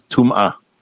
Tum'ah